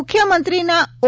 મુખ્યમંત્રીના ઓ